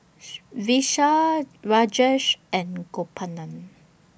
Vishal Rajesh and Gopinath